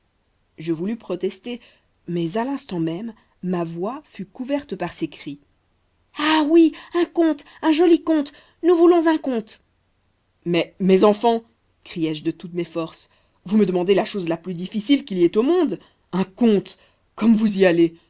je voulus protester mais à l'instant même ma voix fut couverte par ces cris ah oui un conte un joli conte nous voulons un conte mais mes enfants criai-je de toutes mes forces vous me demandez la chose la plus difficile qu'il y ait au monde un conte comme vous y allez